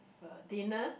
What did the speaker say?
a dinner